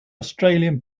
australian